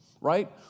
right